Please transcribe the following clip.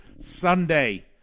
Sunday